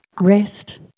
rest